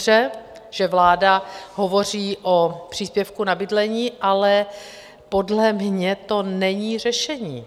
Je dobře, že vláda hovoří o příspěvku na bydlení, ale podle mě to není řešení.